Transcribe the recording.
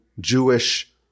Jewish